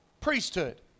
priesthood